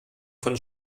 von